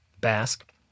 Basque